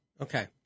Okay